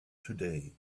today